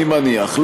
אני מניח.